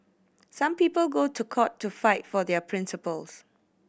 some people go to court to fight for their principles